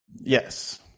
Yes